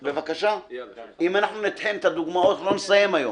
אם נציג את כל הדוגמאות לא נסיים היום.